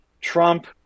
Trump